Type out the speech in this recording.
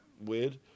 weird